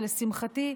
ולשמחתי,